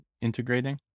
integrating